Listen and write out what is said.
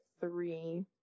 three